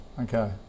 Okay